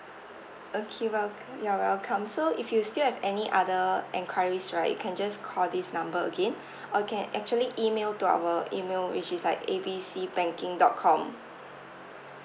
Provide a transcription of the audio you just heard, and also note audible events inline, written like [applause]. okay welc~ you're welcome so if you still have any other enquiries right you can just call this number again [breath] or you can actually email to our email which is like A B C banking dot com